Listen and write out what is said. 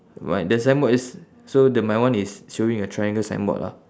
my the signboard is so the my one is showing a triangle signboard ah